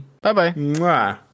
bye-bye